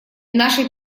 нашей